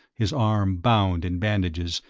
his arm bound in bandages,